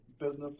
business